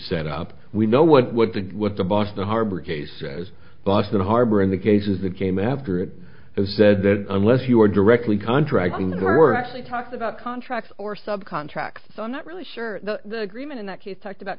set up we know what what the what the boston harbor case as boston harbor and the cases that came after it has said that unless you are directly contracting or actually talks about contracts or sub contracts i'm not really sure the agreement in that case talked about